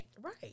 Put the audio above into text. Right